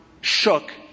shook